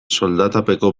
soldatapeko